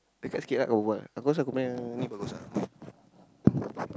dekat sikit ah kau berbual aku rasa aku punya ini bagus ah